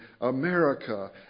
America